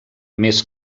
més